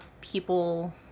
people